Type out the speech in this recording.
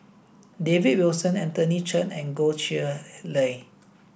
David Wilson Anthony Chen and Goh Chiew Lye